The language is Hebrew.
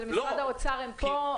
משרד האוצר פה.